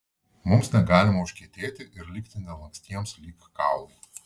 mums negalima užkietėti ir likti nelankstiems lyg kaulai